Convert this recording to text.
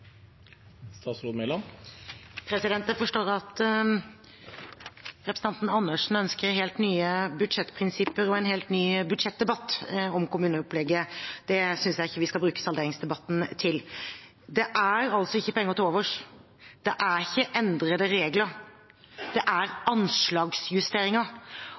Jeg forstår at representanten Andersen ønsker helt nye budsjettprinsipper og en helt ny budsjettdebatt om kommuneopplegget. Det synes jeg ikke vi skal bruke salderingsdebatten til. Det er altså ikke penger til overs, det er ikke endrede regler. Det